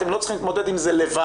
אתם לא צריכים להתמודד עם זה לבד,